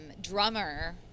drummer